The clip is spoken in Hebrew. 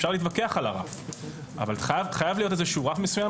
אפשר להתווכח עליו אבל חייב להיות איזשהו רף מסוים